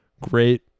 great